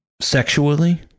sexually